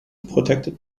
protected